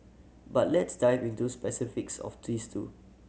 but let's dive into specifics of these two